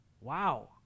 Wow